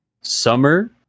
Summer